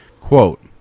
Quote